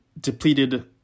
depleted